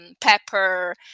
pepper